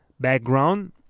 background